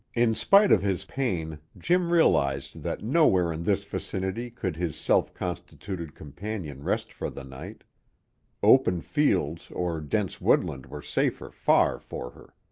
in spite of his pain, jim realized that nowhere in this vicinity could his self-constituted companion rest for the night open fields or dense woodland were safer far for her.